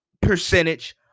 percentage